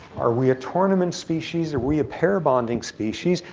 are we a tournament species, are we a pair bonding species.